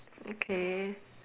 okay